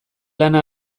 lana